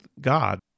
God